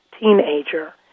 teenager